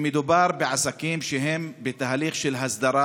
שמדובר בעסקים שהם בתהליך של הסדרה